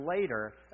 later